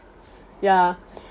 ya